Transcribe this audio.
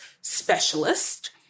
specialist